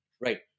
Right